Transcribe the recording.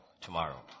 tomorrow